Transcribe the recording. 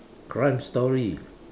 crime story